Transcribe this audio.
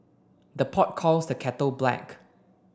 the pot calls the kettle black